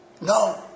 No